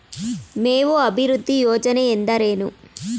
ಮೇವು ಅಭಿವೃದ್ಧಿ ಯೋಜನೆ ಎಂದರೇನು?